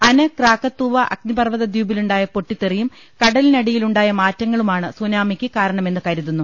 അനക് Krakatau പർവ്വത ദ്വീപിലുണ്ടായ പൊട്ടിത്തെറിയും കടലിനടിയിലുണ്ടായ മാറ്റങ്ങളുമാണ് സുനാമിക്ക് കാരണമെന്ന് കരുതുന്നു